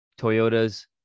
Toyota's